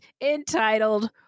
entitled